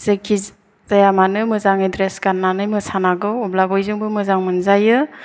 जेखिजाया मानो मोजाङै ड्रेस गाननानै मोसानांगौ अब्ला बयजोंबो मोजां मोनजायो